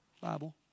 Bible